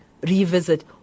revisit